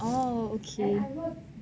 o okay